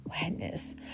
wetness